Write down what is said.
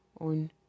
on